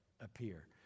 appear